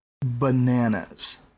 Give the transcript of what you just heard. bananas